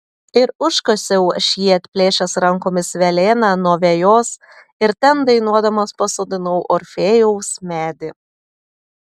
ir užkasiau aš jį atplėšęs rankomis velėną nuo vejos ir ten dainuodamas pasodinau orfėjaus medį